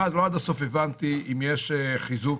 אחד, לא עד הסוף הבנתי אם יש חיזוק